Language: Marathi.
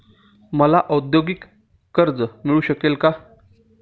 मला औद्योगिक कर्ज मिळू शकेल का?